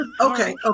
Okay